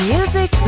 Music